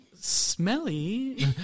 smelly